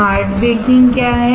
hard बेकिंगक्या है